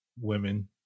women